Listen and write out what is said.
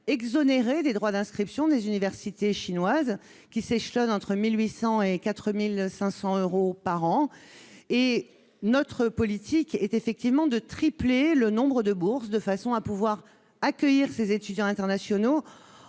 exonérés des droits d'inscription des universités chinoises, qui s'échelonnent entre 1 800 et 4 500 euros par an. Notre politique est de tripler le nombre des bourses de façon à pouvoir accueillir les étudiants internationaux.